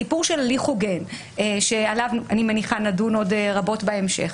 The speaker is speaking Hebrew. הסיפור של הליך הוגן שעליו אני מניחה נדון עוד רבות בהמשך,